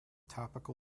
topical